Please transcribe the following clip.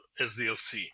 SDLC